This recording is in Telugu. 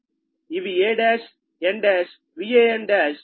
ఇవి a1 n1 Van1